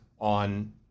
on